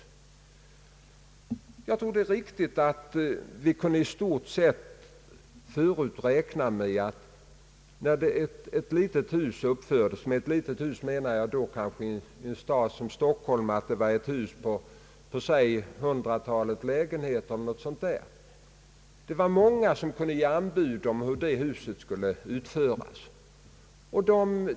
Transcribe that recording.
Jag tror att vi då det gällde ett litet hus — i en stad som Stockholm ett hus på hundratalet lägenheter — förut kunde räkna med att många olika företag kunde ge anbud på uppförandet av ett sådant hus.